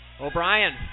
O'Brien